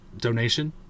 donation